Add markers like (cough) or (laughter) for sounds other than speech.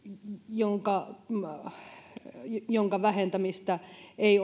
jonka jonka vähentämistä ei (unintelligible)